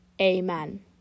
Amen